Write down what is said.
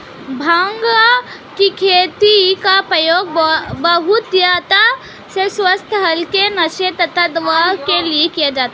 भांग की खेती का प्रयोग बहुतायत से स्वास्थ्य हल्के नशे तथा दवाओं के लिए किया जाता है